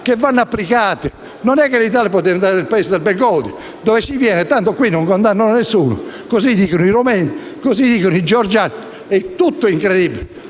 però vanno applicate. Non è che l'Italia può diventare il paese di Bengodi dove si viene perché tanto qui non condannano nessuno: così dicono i rumeni, così dicono i georgiani. È incredibile.